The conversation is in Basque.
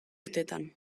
urtetan